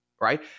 Right